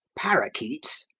parakeets?